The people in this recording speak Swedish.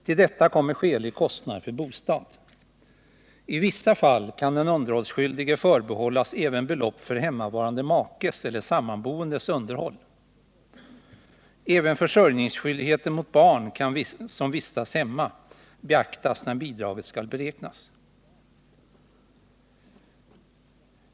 Till detta kommer skälig kostnad för bostad. I vissa fall kan den underhållsskyldige förbehållas även belopp för hemmavarande makes eller sammanboendes underhåll. Även försörjningsskyldigheten mot barn som vistas hemma beaktas när bidraget skall beräknas.